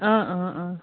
অঁ অঁ অঁ